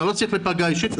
אתה לא צריך להיפגע אישית,